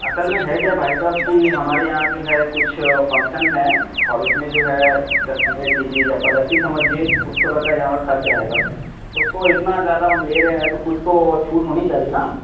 اصل میں ہے کیایا بھائی صاب کہ ہمارے یہاں جو ہے کچھ فنکشنس ہیں اور اس میں جو ہے دس پندرہ کے جی یا پلس ہی سمجھیے اس کوطرح کا یہاں کا خرچ آئے گا تو سو اتنا زیادہ ہم لے رہے ہیں تو کچھ تو چھوٹ ہونی چاہیے نا